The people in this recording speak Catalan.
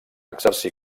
exercir